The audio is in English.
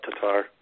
Tatar